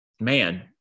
Man